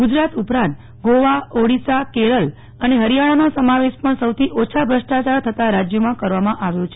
ગુજરાત ઉપરાંત ગોવા ઓડિશા કેરળ અને હરિયાણાનો સમાવેશ પણ સૌથી ઓછા ભ્રષ્ટાચાર થતા રાજ્યોમાં કરવામાં આવ્યો છે